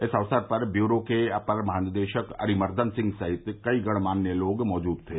इस अवसर पर ब्यूरो के अपर महानिदेशक अरिमर्दन सिंह सहित कई गणमान्य लोग मौजूद थे